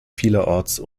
vielerorts